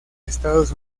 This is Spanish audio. estados